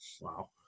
Wow